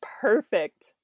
perfect